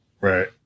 right